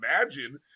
imagine